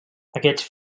aquests